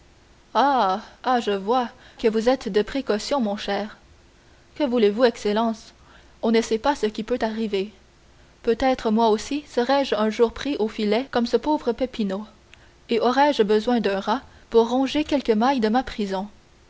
ah ah je vois que vous êtes homme de précaution mon cher que voulez-vous excellence on ne sait pas ce qui peut arriver peut-être moi aussi serai-je un jour pris au filet comme ce pauvre peppino et aurai-je besoin d'un rat pour ronger quelques mailles de ma prison